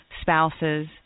spouses